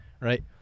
right